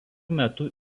metu